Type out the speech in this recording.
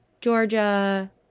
Georgia